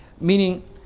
Meaning